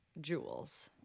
jewels